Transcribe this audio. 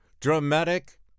Dramatic